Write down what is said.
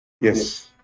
yes